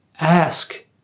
Ask